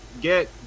get